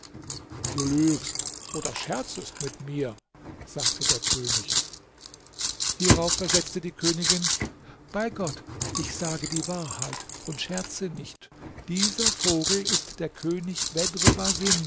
du lügst oder scherzest mit mir sagte der könig hierauf versetzte die königin bei gott ich sage die wahrheit und scherze nicht dieser vogel ist der könig